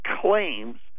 claims